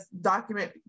document